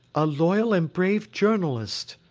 a loyal and brave journalist,